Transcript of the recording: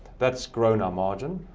that's grown our margin.